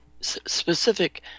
specific